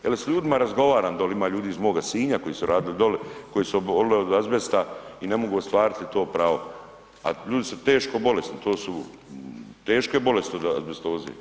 Jer s ljudima razgovaram doli, ima ljudi iz moga Sinja koji su radili doli, koji su oboljeli od azbesta i ne mogu ostvariti to pravo, a ljudi su teško bolesni, to su teške bolesti od azbestoze.